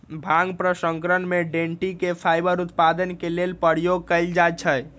भांग प्रसंस्करण में डनटी के फाइबर उत्पादन के लेल प्रयोग कयल जाइ छइ